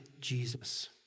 Jesus